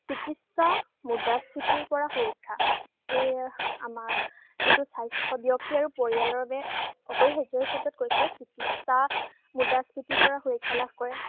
চিকিৎসা মুদ্ৰাস্ফীতিৰপৰা সুৰক্ষা এই আমাৰ যিটো স্বাস্থ্য ব্যক্তি আৰু পৰিয়ালৰ বাবে অপৰিহাৰ্য এই ক্ষেত্ৰত কৈছে চিকিৎসা মুদ্ৰাস্ফীতিৰপৰা সুৰক্ষা লাভ কৰে